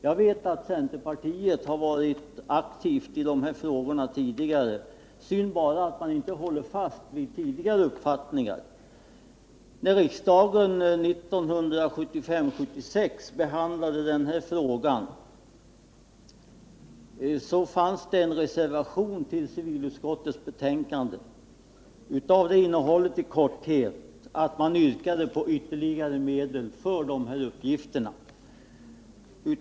Jag vet att centerpartiet förut har varit aktivt i dessa frågor — det är bara synd att man inte håller fast vid tidigare uppfattningar. När 1975/76 års riksdag behandlade denna fråga hade det till civilutskottets betänkande avgivits en reservation, där man yrkade på ytterligare medel för ifrågavarande uppgifter.